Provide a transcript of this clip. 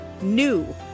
NEW